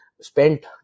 spent